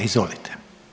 Izvolite.